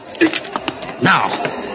Now